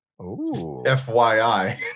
FYI